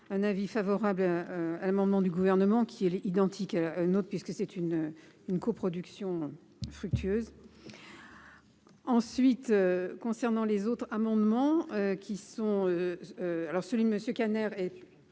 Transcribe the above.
un avis favorable à un moment du gouvernement qui est identique, autre puisque c'est une une coproduction fructueuse ensuite concernant les autres amendements qui sont